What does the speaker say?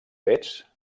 fets